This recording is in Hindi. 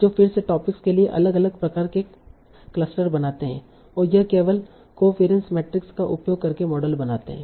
तो जो फिर से टॉपिक्स के लिए अलग अलग प्रकार के क्लस्टर बनाते हैं और यह केवल कोवेरियंस मैट्रिक्स का उपयोग करके मॉडल बनाते हैं